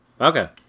Okay